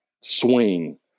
swing